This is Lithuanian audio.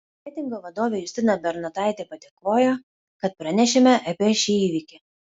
marketingo vadovė justina bernotaitė padėkojo kad pranešėme apie šį įvykį